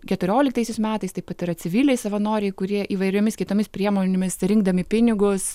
keturioliktaisiais metais taip pat yra civiliai savanoriai kurie įvairiomis kitomis priemonėmis rinkdami pinigus